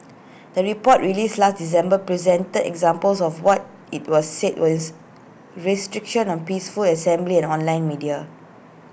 the report released last December presented examples of what IT was said was restrictions on peaceful assembly and online media